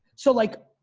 so like,